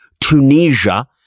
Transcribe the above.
Tunisia